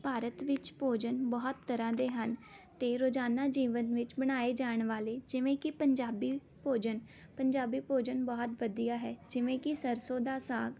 ਭਾਰਤ ਵਿੱਚ ਭੋਜਨ ਬਹੁਤ ਤਰ੍ਹਾਂ ਦੇ ਹਨ ਅਤੇ ਰੋਜ਼ਾਨਾ ਜੀਵਨ ਵਿੱਚ ਬਣਾਏ ਜਾਣ ਵਾਲੇ ਜਿਵੇਂ ਕਿ ਪੰਜਾਬੀ ਭੋਜਨ ਪੰਜਾਬੀ ਭੋਜਨ ਬਹੁਤ ਵਧੀਆ ਹੈ ਜਿਵੇਂ ਕਿ ਸਰਸੋਂ ਦਾ ਸਾਗ